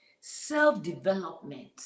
self-development